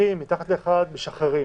מהדקים ואם מתחת ל-1, משחררים.